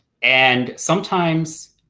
and sometimes,